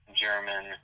German